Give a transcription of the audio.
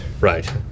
right